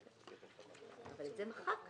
למעשה,